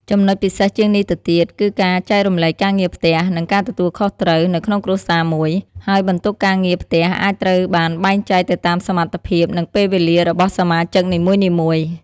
ចំណុចពិសេសជាងនេះទៅទៀត គឺការចែករំលែកការងារផ្ទះ និងការទទួលខុសត្រូវ នៅក្នុងគ្រួសារមួយ ហើយបន្ទុកការងារផ្ទះអាចត្រូវបានបែងចែកទៅតាមសមត្ថភាព និងពេលវេលារបស់សមាជិកនីមួយៗ។